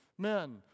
men